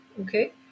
okay